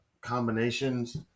combinations